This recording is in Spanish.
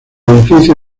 edificio